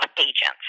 agents